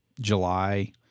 July